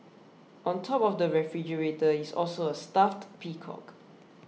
on top of the refrigerator is also a stuffed peacock